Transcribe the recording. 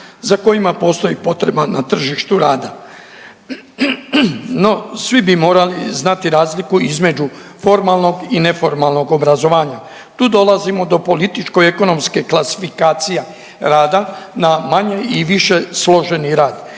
za kojima postoji potreba na tržištu rada. No, svi bi morali znati razliku između formalnog i neformalnog obrazovanja. Tu dolazimo do političko-ekonomskih kvalifikacija rada na manjoj i više složeni rad.